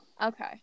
okay